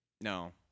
No